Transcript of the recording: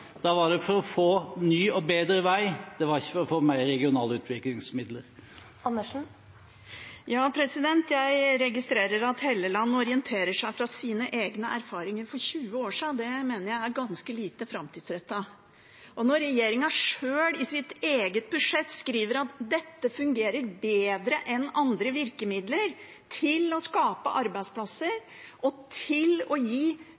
Da man sto i fakkeltog her ute for ca. ti år siden, var det for å få ny og bedre vei, det var ikke for å få mer i regionale utviklingsmidler. Jeg registrerer at Helleland orienterer seg ut fra sine egne erfaringer for 20 år siden. Det mener jeg er ganske lite framtidsrettet. Når regjeringen i sitt eget budsjett sjøl skriver at dette fungerer bedre enn andre virkemidler til å skape